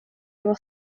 efo